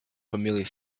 familiar